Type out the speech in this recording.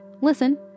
listen